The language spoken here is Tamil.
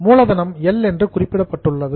மூலதனம் எல் என குறிக்கப்பட்டுள்ளது